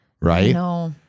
Right